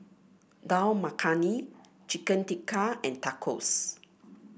Dal Makhani Chicken Tikka and Tacos